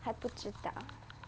还不知道